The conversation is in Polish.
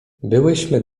byłyśmy